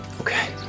Okay